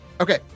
Okay